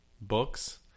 books